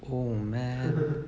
oh man